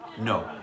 No